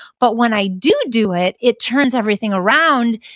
but when i do do it, it turns everything around,